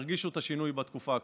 ירגישו את השינוי בתקופה הקרובה.